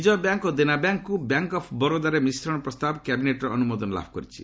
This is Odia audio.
ବିଜୟା ବ୍ୟାଙ୍କ୍ ଓ ଦେନା ବ୍ୟାଙ୍କ୍କୁ ବ୍ୟାଙ୍କ୍ ଅଫ୍ ବରୋଦାରେ ମିଶ୍ରଣ ପ୍ରସ୍ତାବ କ୍ୟାବିନେଟ୍ର ଅନୁମୋଦନ ଲାଭ କରିଛି